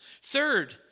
Third